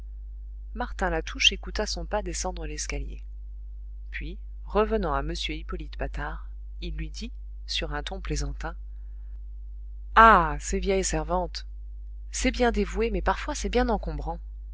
martin latouche écouta son pas descendre l'escalier puis revenant à m hippolyte patard il lui dit sur un ton plaisantin ah ces vieilles servantes c'est bien dévoué mais parfois c'est bien encombrant